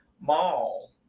Mall